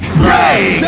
break